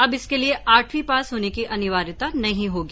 अब इसके लिए आठवीं पास होने की अनिवार्यता नहीं होगी